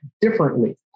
differently